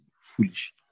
foolish